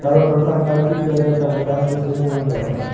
सर्वप्रथम कल्टीपैकर का विकास किस देश में हुआ था?